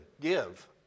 give